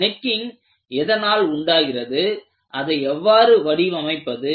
necking எதனால் உண்டாகிறது அதை எவ்வாறு வடிவமைப்பது